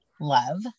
love